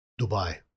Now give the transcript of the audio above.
Dubai